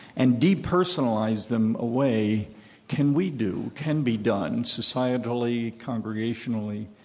and depersonalize them away can we do, can be done, societally, congregationally,